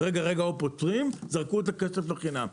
וזורקים את הכסף לחינם.